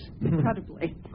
incredibly